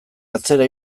atzera